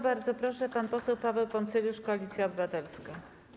Bardzo proszę, pan poseł Paweł Poncyljusz, Koalicja Obywatelska.